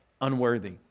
unworthy